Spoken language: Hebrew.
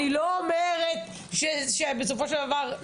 אני לא אומרת שבסופו של דבר,